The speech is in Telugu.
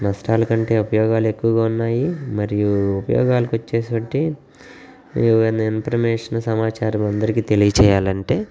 నష్టాల కంటే ఉపయోగాలు ఎక్కువగా ఉన్నాయి మరియు ఉపయోగాలకి వచ్చేటువంటి ఏమన్నా ఇన్ఫర్మేషన్ సమాచారం అందరికి తెలియ చేయాలంటే